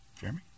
Jeremy